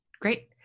Great